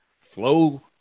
flow